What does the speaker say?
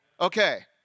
Okay